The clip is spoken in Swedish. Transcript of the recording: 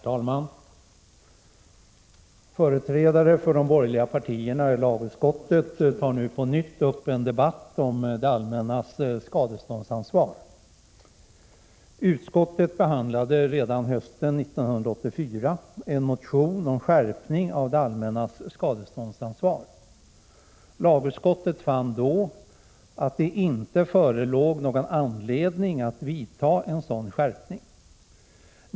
Herr talman! Företrädare för de borgerliga partierna i lagutskottet tar nu på nytt en debatt om det allmännas skadeståndsansvar. Utskottet behandlade redan hösten 1984 en motion om skärpning av det allmännas skadeståndsansvar. Lagutskottet fann då att det inte förelåg någon anledning att föra en sådan skärpning.